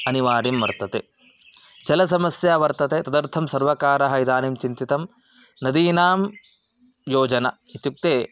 अनिवार्यं वर्तते जलसमस्या वर्तते तदर्थं सर्वकारः इदानीं चिन्तितं नदीनां योजना इत्युक्ते